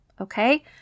Okay